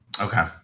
Okay